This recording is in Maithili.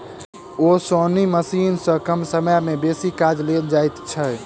ओसौनी मशीन सॅ कम समय मे बेसी काज लेल जाइत छै